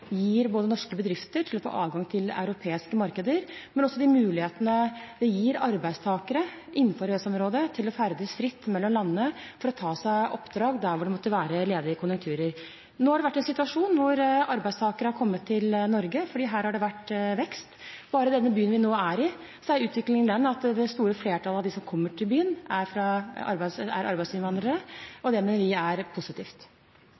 norske bedrifter til å få adgang til europeiske markeder, men også av de mulighetene det gir arbeidstakere innenfor EØS-området til å ferdes fritt mellom landene for å ta oppdrag der hvor det måtte være ledige konjunkturer. Nå har det vært en situasjon hvor arbeidstakere har kommet til Norge fordi her har det vært vekst. Bare i den byen vi nå er i, er utviklingen den at det store flertallet av dem som kommer til byen, er arbeidsinnvandrere, og det mener vi er positivt.